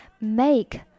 make